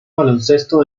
baloncesto